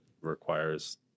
requires